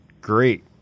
great